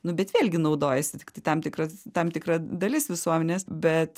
nu bet vėlgi naudojasi tiktai tam tikras tam tikra dalis visuomenės bet